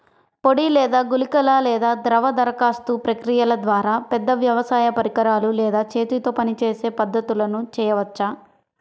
పొడి లేదా గుళికల లేదా ద్రవ దరఖాస్తు ప్రక్రియల ద్వారా, పెద్ద వ్యవసాయ పరికరాలు లేదా చేతితో పనిచేసే పద్ధతులను చేయవచ్చా?